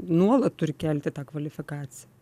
nuolat turi kelti tą kvalifikaciją